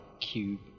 cube